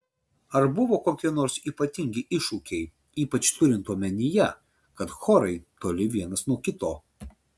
ar buvo kokie nors ypatingi iššūkiai ypač turint omenyje kad chorai toli vienas nuo kito